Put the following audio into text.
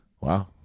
Wow